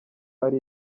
ari